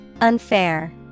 Unfair